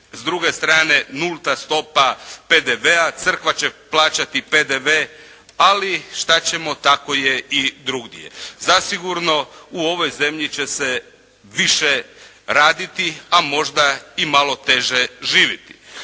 s druge strane nulta stopa PDV-a, crkva će plaćati PDV ali šta ćemo? Tako je i drugdje. Zasigurno u ovoj zemlji će se više raditi a možda i malo teže živjeti,